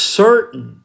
certain